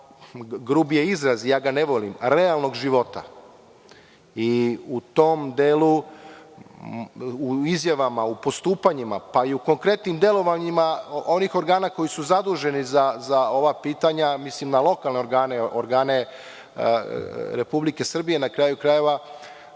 grublji je izraz i ja ga ne volim, realnog života i u tom delu, u izjavama i u postupanjima, pa i konkretnim delovanjima onih organa koji su zaduženi za ova pitanja, mislim na lokalne organe, organe Republike Srbije na kraju krajeva,